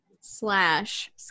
slash